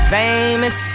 famous